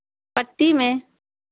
पट्टी में